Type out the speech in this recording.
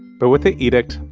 but with the edict,